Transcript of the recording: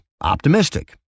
optimistic